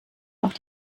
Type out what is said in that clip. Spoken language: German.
auch